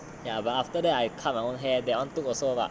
ya but after that I cut my own hair that one took also about